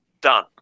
Done